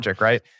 right